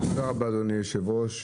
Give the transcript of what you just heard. תודה רבה אדוני היו"ר.